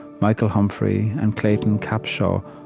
michael humphrey and clayton capshaw,